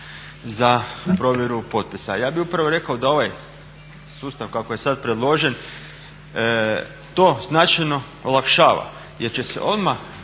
za provjeru potpisa. Ja bih upravo rekao da ovaj sustav kako je sad predložen to značajno olakšava jer će se odmah